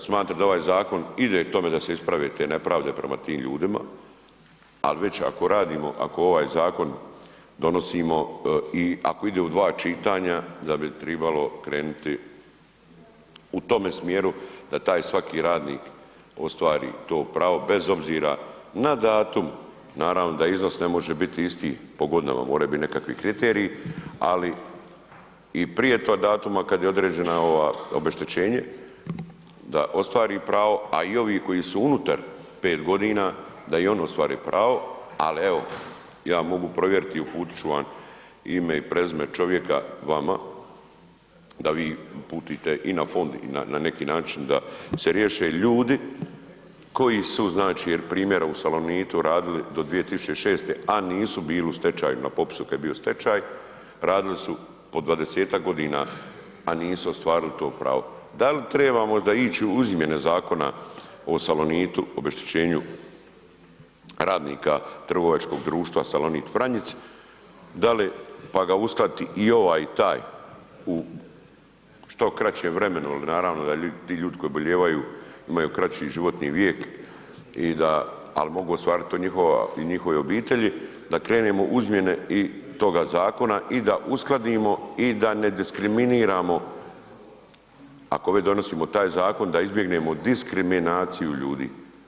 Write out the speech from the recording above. Smatram da je ovaj zakon ide k tome da se isprave te nepravde prema tim ljudima ali već ako radimo, ako ovaj zakon donosimo i ako ide u 2 čitanja, da bi trebalo krenuti u tome smjeru da taj svaki radnik ostvari to pravo bez obzira na datum, naravno da iznos ne može biti isti po godinama, moraju biti nekakvi kriteriji, ali i prije tog datuma kad je određeno ovo obeštećenje, da ostvari pravo a i ovi koji su unutar 5 g., da i oni ostvare pravo ali evo, ja mogu provjeriti i uputit ću vam ime i prezime čovjeka vama, da vi uputite i na fond i na neki način da se riješe ljudi koji su znači jer primjera u Salonitu radili do 2006. a nisu bili u stečaju na popisu kad je bio stečaj, radili su po 20-ak godina a nisu ostvarili to pravo, da li trebamo možda ići u izmjene zakona o Salonitu, o obeštećenju radnika trgovačkog društva Salonit Vranjic pa da uskladiti i ovaj i taj u što kraćem vremenu jer naravno da ti ljudi koji obolijevaju imaju kraći životni vijek ali mogu ostvariti te njihove obitelji, da krenemo u izmjene toga zakona i da uskladimo i da ne diskriminiramo ako već donosimo taj zakon, da izbjegnemo diskriminaciju ljudi.